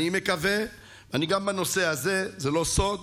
אני מקווה, גם בנושא הזה, זה לא סוד